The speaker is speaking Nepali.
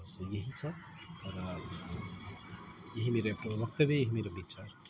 सो यही छ र यही मेरो आफ्नो वक्तव्य यही मेरो विचार